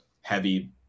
heavy